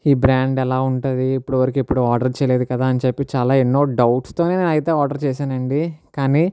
ఈ బ్రాండ్ ఎలా ఉంటుంది ఇప్పుడు వరకు ఎప్పుడు ఆర్డర్ చేయలేదు కదా అని చెప్పి చాలా ఎన్నో డౌట్స్తో నేనైతే ఆర్డర్ చేశానండి కానీ